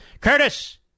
Curtis